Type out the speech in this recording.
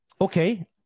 Okay